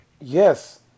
Yes